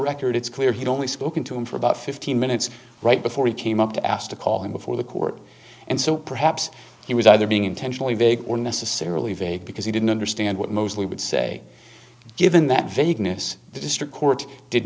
record it's clear he only spoken to him for about fifteen minutes right before he came up to ask to call him before the court and so perhaps he was either being intentionally vague or necessarily vague because he didn't understand what mosley would say given that vagueness the district court did